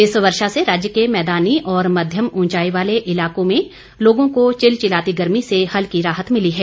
इस वर्षा से राज्य के मैदानी और मध्यम उंचाई वाले इलाकें में लोगों को चिलचिलाती गर्मी से हल्की राहत मिली है